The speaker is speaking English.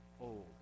old